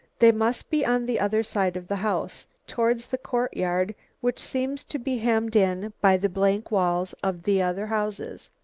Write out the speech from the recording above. they must be on the other side of the house, towards the courtyard which seems to be hemmed in by the blank walls of the other houses.